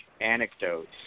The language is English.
anecdotes